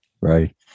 Right